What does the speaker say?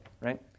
right